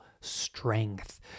strength